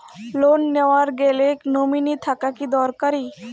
Loan নেওয়ার গেলে nominee থাকা কি দরকারী?